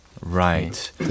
Right